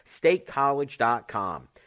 StateCollege.com